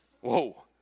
Whoa